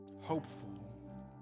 hopeful